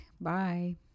Bye